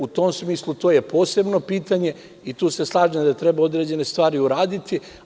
U tom smislu to je posebno pitanje i tu se slažem da treba određene stvari uraditi.